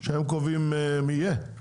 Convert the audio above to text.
שהם קובעים מי יהיה?